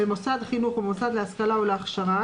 במוסד חינוך או במוסד להשכלה גבוהה או להכשרה